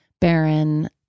Baron